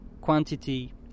quantity